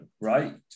right